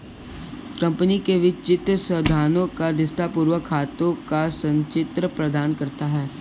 company के वित्तीय स्वास्थ्य का दृष्टिकोण खातों का संचित्र प्रदान करता है